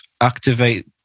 activate